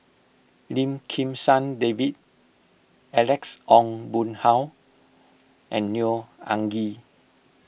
Lim Kim San David Alex Ong Boon Hau and Neo Anngee